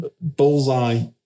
bullseye